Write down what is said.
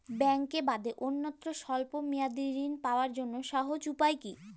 ব্যাঙ্কে বাদে অন্যত্র স্বল্প মেয়াদি ঋণ পাওয়ার জন্য সহজ উপায় কি?